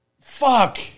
Fuck